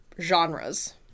genres